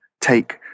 take